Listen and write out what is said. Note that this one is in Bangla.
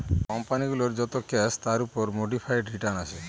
কোম্পানি গুলোর যত ক্যাশ তার উপর মোডিফাইড রিটার্ন আসে